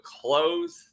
close